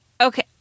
Okay